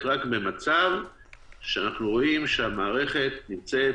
רק במצב שבו אנחנו רואים שהמערכת נמצאת